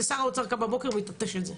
זה שר האוצר קם בבוקר, מתעטש על זה.